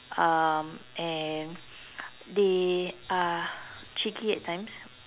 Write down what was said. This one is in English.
um and they are cheeky at times